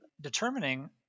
determining